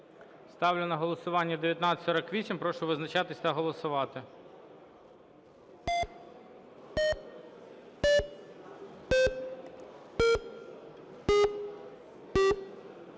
Ставлю на голосування 1949. Прошу визначатись та голосувати.